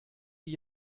die